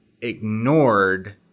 ignored